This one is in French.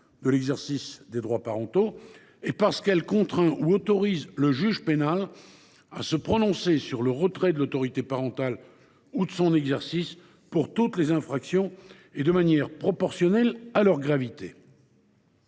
de l’exercice des droits parentaux et qu’elle contraint ou autorise le juge pénal à se prononcer sur le retrait de l’autorité parentale ou de son exercice pour toutes les infractions, de manière proportionnelle à leur gravité.